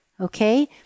okay